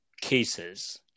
cases